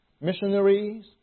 missionaries